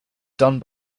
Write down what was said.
done